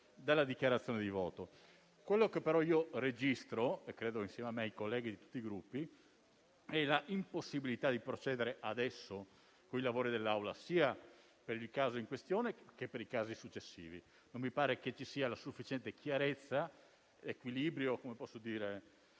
nella dichiarazione di voto. Quello che però registro io - e credo, insieme a me, i colleghi tutti i Gruppi - è l'impossibilità di procedere adesso coi lavori dell'Assemblea sia per il caso in questione che per i successivi. Non mi pare che ci sia sufficiente chiarezza o l'equilibrio per poter